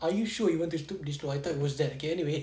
are you sure you want to took destroy okay